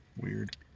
Weird